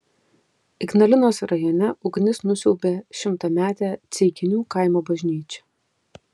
ignalinos rajone ugnis nusiaubė šimtametę ceikinių kaimo bažnyčią